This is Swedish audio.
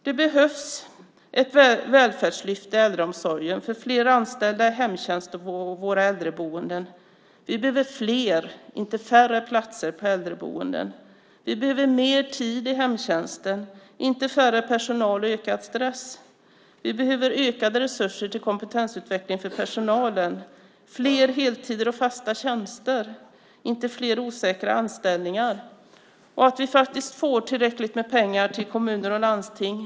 Det behövs ett välfärdslyft i äldreomsorgen, för fler anställda i hemtjänsten och på våra äldreboenden. Vi behöver fler, inte färre, platser på äldreboenden. Vi behöver mer tid i hemtjänsten, inte mindre personal och ökad stress. Vi behöver ökade resurser till kompetensutveckling för personalen, fler heltider och fasta tjänster och inte fler osäkra anställningar. Vi behöver få tillräckligt med pengar till kommuner och landsting.